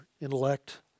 intellect